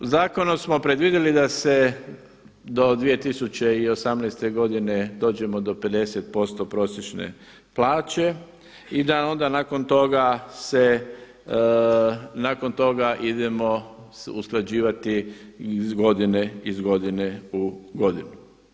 Zakonom smo predvidjeli da se do 2018. godine dođemo do 50% prosječne plaće i da onda nakon toga se, nakon toga idemo se usklađivati iz godine u godinu.